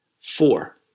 Four